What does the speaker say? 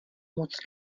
moc